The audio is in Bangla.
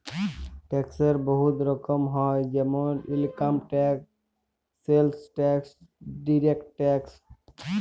ট্যাক্সের বহুত রকম হ্যয় যেমল income tax, sales tax, direct tax